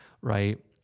right